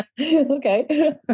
Okay